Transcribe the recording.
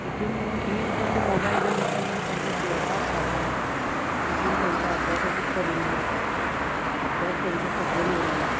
तितून न्हू दिसभर ते मोबायल घेवन बसत जाल्यार तांकां जेवपाक खावपाक नाका तितून तेंच्या अभ्यासाचेर परिणाम जाता अभ्यास तेंच्या तकलेन उरना